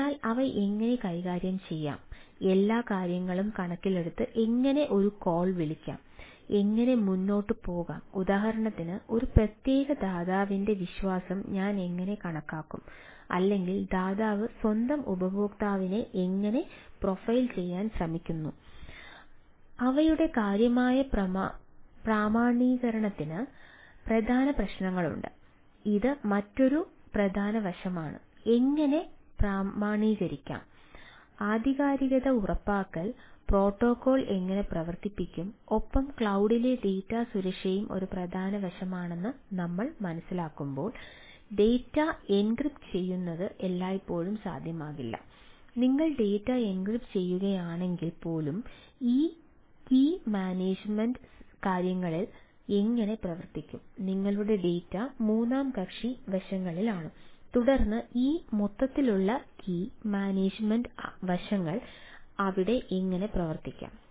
അതിനാൽ അവ എങ്ങനെ കൈകാര്യം ചെയ്യാം എല്ലാ കാര്യങ്ങളും കണക്കിലെടുത്ത് എങ്ങനെ ഒരു കോൾ മൂന്നാം കക്ഷി വശങ്ങളിലാണ് തുടർന്ന് ഈ മൊത്തത്തിലുള്ള കീ മാനേജുമെന്റ് വശങ്ങൾ അവിടെ എങ്ങനെ പ്രവർത്തിക്കും